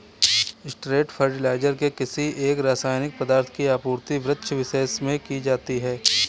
straight fertiliser से किसी एक रसायनिक पदार्थ की आपूर्ति वृक्षविशेष में की जाती है